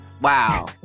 Wow